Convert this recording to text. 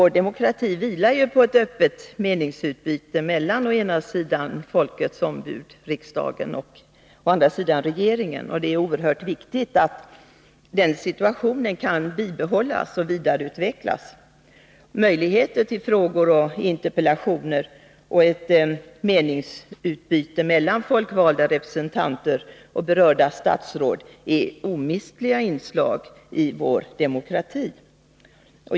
Vår demokrati vilar ju på ett öppet meningsutbyte mellan å ena sidan folkets ombud, riksdagen, och å andra sidan regeringen. Det är oerhört viktigt att det kan bibehållas och vidareutvecklas. Möjligheter till frågor och interpellationer och meningsutbyte mellan folkvalda representanter och berörda statsråd är omistliga inslag i vår demokrati.